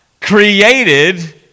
created